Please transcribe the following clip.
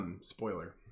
spoiler